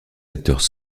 acteurs